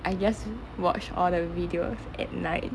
I just watch all the videos at night